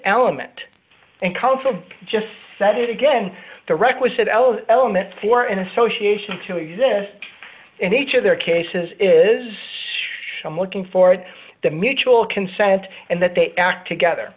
element and counsel just said it again the requisite elves element for an association to exist and each of their cases is i'm looking for it the mutual consent and that they act together